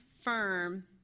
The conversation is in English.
firm